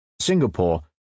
Singapore